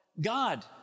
God